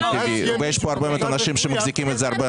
ויש פה הרבה מאוד אנשים שמחזיקים את זה.